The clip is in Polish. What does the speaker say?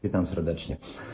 Witam serdecznie.